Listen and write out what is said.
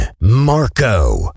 Marco